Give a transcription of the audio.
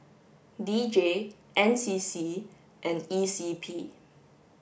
D J N C C and E C P